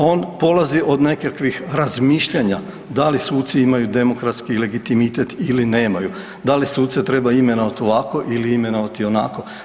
On polazi od nekakvih razmišljanja da li suci imaju demokratski legitimitet ili nemaju, da li suce treba imenovati ovako ili imenovati onako.